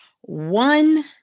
One